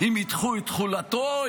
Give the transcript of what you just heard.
אם ידחו את תחולתו,